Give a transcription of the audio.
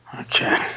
Okay